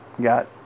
got